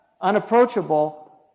unapproachable